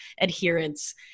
adherence